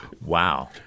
wow